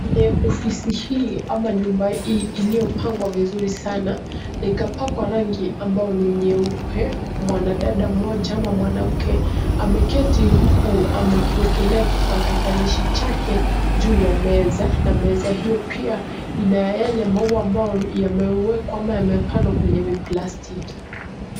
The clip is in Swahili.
Ofisi hii ama nyumba hii iliyopangwa vizuri sana, na ikapakwa rangi ambao ni nyeupe. Mwanadada mmoja ama mwanamke ameketi, huku amekiwekelea kipakatalishi chake juu ya meza, na meza hiyo pia ina yale maua ambao yamewekwa ama yamepandwa kwenye viplastiki.